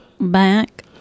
back